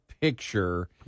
picture